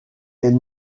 elle